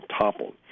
toppled